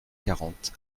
quarante